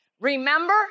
Remember